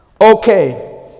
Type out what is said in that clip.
Okay